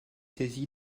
saisi